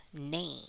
name